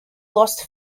lost